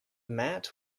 mat